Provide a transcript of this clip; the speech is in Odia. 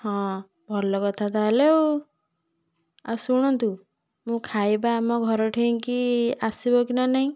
ହଁ ଭଲ କଥା ତା'ହେଲେ ଆଉ ଆଉ ଶୁଣନ୍ତୁ ମୁଁ ଖାଇବା ଆମ ଘର ଠେଇଁକି ଆସିବ କି ନା ନାହିଁ